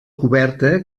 coberta